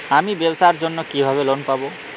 আমি ব্যবসার জন্য কিভাবে লোন পাব?